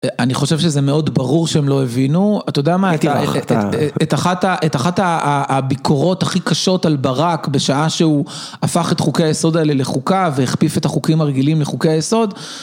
אני חושב שזה מאוד ברור שהם לא הבינו, אתה יודע מה? את אחת הביקורות הכי קשות על ברק בשעה שהוא הפך את חוקי היסוד האלה לחוקיו והכפיף את החוקים הרגילים לחוקי היסוד.